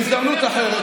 על זה נדבר בהזדמנות אחרת.